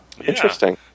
interesting